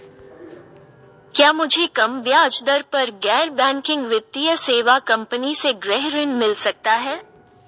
क्या मुझे कम ब्याज दर पर गैर बैंकिंग वित्तीय सेवा कंपनी से गृह ऋण मिल सकता है?